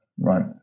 right